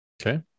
Okay